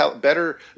better